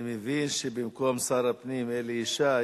אני מבין שבמקום שר הפנים אלי ישי